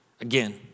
again